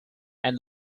and